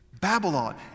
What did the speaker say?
Babylon